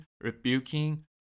rebuking